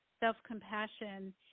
Self-compassion